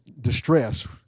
distress